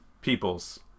peoples